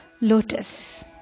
lotus